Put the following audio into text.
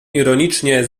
ironicznie